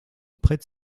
prête